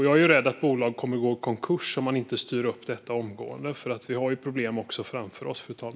Jag är rädd för att bolag kommer att gå i konkurs om man inte styr upp detta omgående. Vi har ju problem framför oss också.